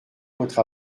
votre